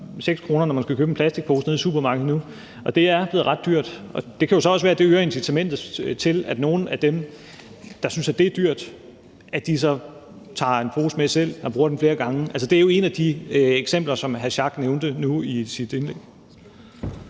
6 kr., når man skal købe en plastikpose nede i supermarkedet. Det er blevet ret dyrt. Det kan jo så også være, at det øger incitamentet til, at nogle af dem, der synes, at det er dyrt, tager en pose med selv og bruger den flere gange. Altså, det er jo et af de eksempler, som hr. Torsten Schack Pedersen nævnte i sit indlæg.